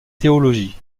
théologie